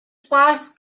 sparse